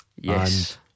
Yes